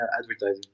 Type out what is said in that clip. advertising